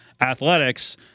athletics